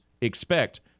expect